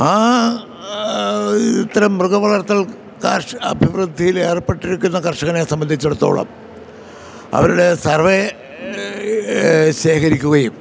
ആ ഇത്തരം മൃഗം വളർത്തൽ കാർഷ അഭിവൃദ്ധിയിലേർപ്പെട്ടിരിക്കുന്ന കർഷകനെ സംബന്ധിച്ചിടത്തോളം അവരുടെ സർവേ ശേഖരിക്കുകയും